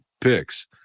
picks